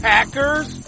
Packers